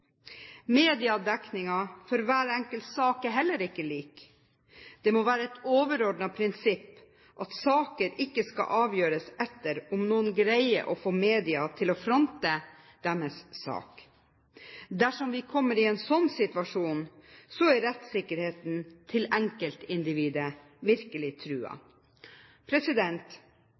Mediedekningen av hver enkelt sak er heller ikke lik. Det må være et overordnet prinsipp at saker ikke skal avgjøres etter om noen greier å få media til å fronte deres sak. Dersom vi kommer i en slik situasjon, er rettssikkerheten til enkeltindividet virkelig